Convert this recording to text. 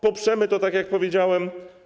Poprzemy to, tak jak powiedziałem.